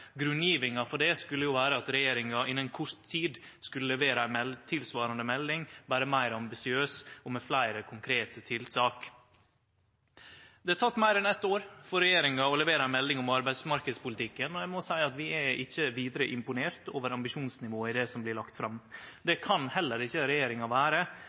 Grunngjevinga for det skulle vere at regjeringa innan kort tid skulle levere ei tilsvarande melding, berre meir ambisiøs og med fleire konkrete tiltak. Det har teke meir enn eitt år for regjeringa å levere ei melding om arbeidsmarknadspolitikken, og eg må seie at vi er ikkje vidare imponerte over ambisjonsnivået i det som blir lagt fram. Det kan heller ikkje regjeringa vere.